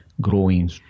growing